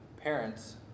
Parents